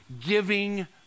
giving